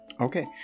Okay